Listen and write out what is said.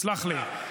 סלח לי.